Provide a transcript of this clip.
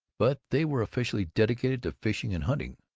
but they were officially dedicated to fishing and hunting,